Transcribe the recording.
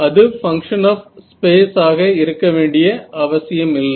அது function of space ஆக இருக்கவேண்டிய அவசியமில்லை